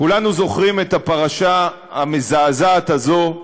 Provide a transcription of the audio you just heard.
כולנו זוכרים את הפרשה המזעזעת הזאת,